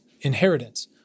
inheritance